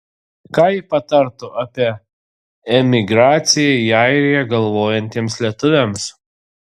ką ji patartų apie emigraciją į airiją galvojantiems lietuviams